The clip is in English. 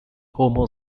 homo